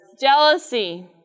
Jealousy